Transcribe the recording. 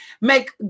Make